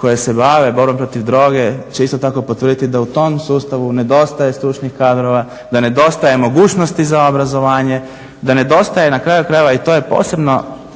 koji se bave borbom protiv droge će isto tako potvrditi da u tom sustavu nedostaje stručnih kadrova, da nedostaje mogućnosti za obrazovanje, da nedostaje na kraju krajeva i to je posebno